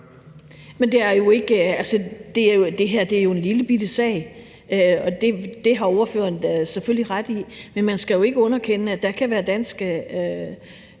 Gaardsted (S): Det her er jo en lillebitte sag, det har ordføreren da selvfølgelig ret i, men man skal jo ikke underkende, at der kan være danske